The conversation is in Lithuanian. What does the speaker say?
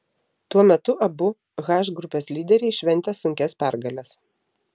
tuo metu abu h grupės lyderiai šventė sunkias pergales